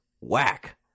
whack